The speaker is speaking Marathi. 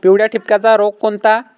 पिवळ्या ठिपक्याचा रोग कोणता?